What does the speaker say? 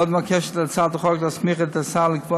עוד מבקשת הצעת החוק להסמיך את השר לקבוע